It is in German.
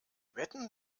wetten